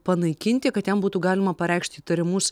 panaikinti kad jam būtų galima pareikšt įtarimus